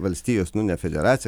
valstijos nu ne federacija